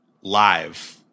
live